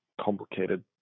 complicated